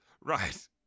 Right